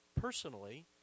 personally